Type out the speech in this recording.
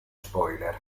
spoiler